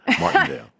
Martindale